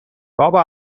بابا